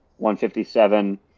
157